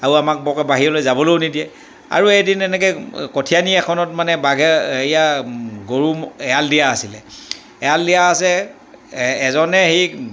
আৰু আমাক বৰকৈ বাহিৰলৈ যাবলৈও নিদিয়ে আৰু এদিন এনেকৈ কঠীয়ানি এখনত মানে বাঘে হেৰিয়া গৰু এৰাল দিয়া আছিলে এৰাল দিয়া আছে এজনে সেই